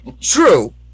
True